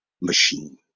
machine